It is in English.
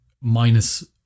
minus